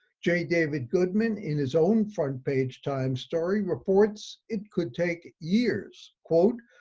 jay david goodman in his own front page time story reports, it could take years, quote,